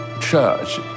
church